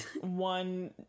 one